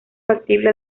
factible